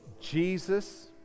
Jesus